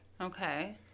okay